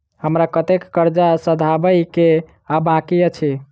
हमरा कतेक कर्जा सधाबई केँ आ बाकी अछि?